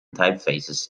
typefaces